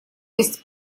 есть